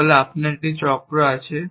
তাহলে আপনার একটি চক্র আছে